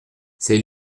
c’est